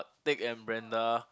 Teck and Brenda